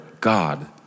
God